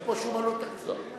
אין פה שום עלות תקציבית.